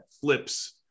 flips